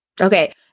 Okay